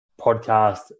podcast